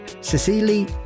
Cecily